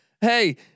Hey